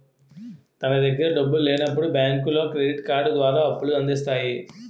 తన దగ్గర డబ్బులు లేనప్పుడు బ్యాంకులో క్రెడిట్ కార్డు ద్వారా అప్పుల అందిస్తాయి